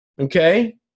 Okay